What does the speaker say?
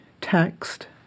text